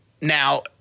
Now